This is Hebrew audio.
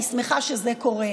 ואני שמחה שזה קורה.